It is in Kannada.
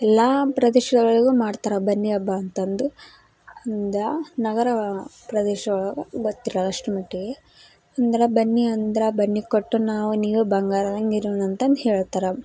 ಎಲ್ಲ ಪ್ರದೇಶದೊಳ್ಗೂ ಮಾಡ್ತಾರೆ ಬನ್ನಿ ಹಬ್ಬ ಅಂತಂದು ಇಂದ ನಗರ ಪ್ರದೇಶ್ದೊಳಗೆ ಗೊತ್ತಿರೋಲ್ಲ ಅಷ್ಟರ ಮಟ್ಟಿಗೆ ಅಂದ್ರೆ ಬನ್ನಿ ಅಂದ್ರೆ ಬನ್ನಿ ಕೊಟ್ಟು ನಾವು ನೀವು ಬಂಗಾರದಂಗೆ ಇರೋಣ ಅಂತಂದು ಹೇಳ್ತಾರೆ